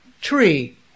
tree